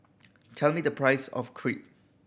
tell me the price of Crepe